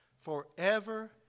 forever